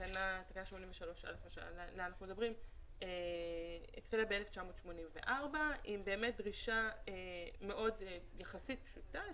תקנה 83 עליה אנחנו מדברים התחילה ב-1984 עם דרישה יחסית פשוטה,